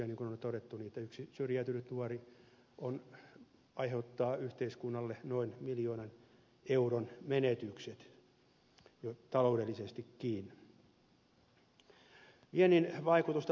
niin kuin on todettu yksi syrjäytynyt nuori aiheuttaa yhteiskunnalle noin miljoonan euron menetykset taloudellisestikin